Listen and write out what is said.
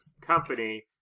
company